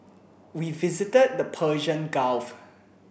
we visited the Persian Gulf